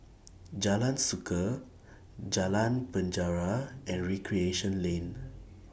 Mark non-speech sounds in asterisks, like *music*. Jalan Suka Jalan Penjara and Recreation Lane *noise*